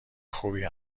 خوبی